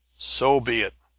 so be it!